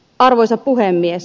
arvoisa puhemies